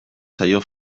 zaio